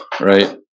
right